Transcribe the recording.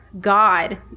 God